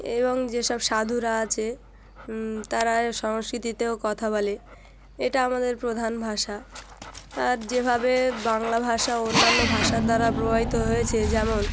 এবং যেসব সাধুরা আছে তারা সংস্কৃততেও কথা বলে এটা আমাদের প্রধান ভাষা আর যেভাবে বাংলা ভাষা অন্যান্য ভাষার দ্বারা প্রভাবিত হয়েছে যেমন